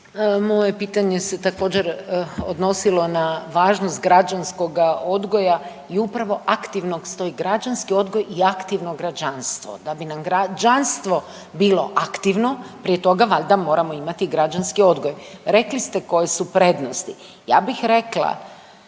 Moje pitanje se također, odnosilo na važnost građanskoga odgoja i upravo aktivnog, .../nerazumljivo/... građanski odgoj i aktivno građanstvo. Da bi nam građanstvo bilo aktivno, prije toga valjda moramo imati građanski odgoj. Rekli ste koje su prednosti. Ja bih rekla,